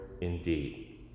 indeed